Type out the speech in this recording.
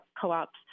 co-ops